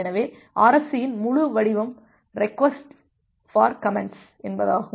எனவே RFC இன் முழு வடிவம் ரெக்வஸ்ட் பார் கமெண்ட்ஸ் என்பதாகும்